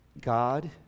God